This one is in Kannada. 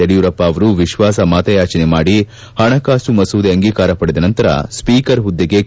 ಯಡಿಯೂರಪ್ಪ ಅವರು ವಿಶ್ವಾಸಮತಯಾಚನೆ ಮಾಡಿ ಪಣಕಾಸು ಮಸೂದೆ ಅಂಗೀಕಾರ ಪಡೆದ ನಂತರ ಸ್ವೀಕರ್ ಹುದ್ಲೆಗೆ ಕೆ